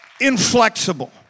inflexible